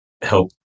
help